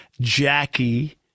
Jackie